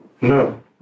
No